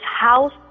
house